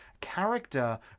character